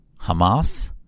Hamas